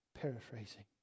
paraphrasing